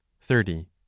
Thirty